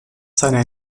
seiner